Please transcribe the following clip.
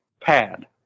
pad